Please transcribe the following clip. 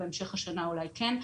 בהמשך השנה אולי כן,